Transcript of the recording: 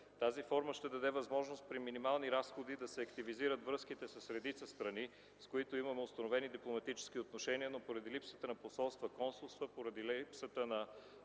Тази форма ще даде възможност при минимални разходи да се активизират връзките с редица страни, с които имаме установени дипломатически отношения, но поради липса на посолства и консулства, поради липсата на